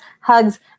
hugs